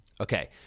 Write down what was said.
Okay